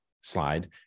slide